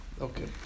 Okay